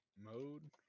mode